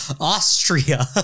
Austria